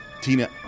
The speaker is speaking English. Tina